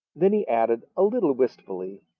then he added a little wistfully,